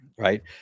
Right